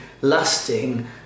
lusting